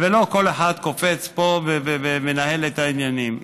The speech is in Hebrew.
ולא כל אחד קופץ פה ומנהל את העניינים.